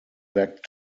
back